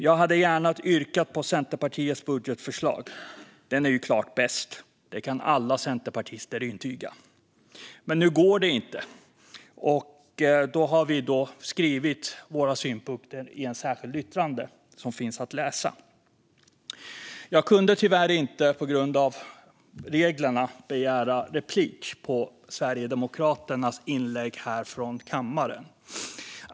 Jag hade gärna yrkat bifall till Centerpartiets budgetförslag. Det är klart bäst. Det kan alla centerpartister intyga. Men nu går det inte. Då har vi framfört våra synpunkter i ett särskilt yttrande. På grund av reglerna kunde jag tyvärr inte begära replik på Sverigedemokraternas inlägg här i kammaren.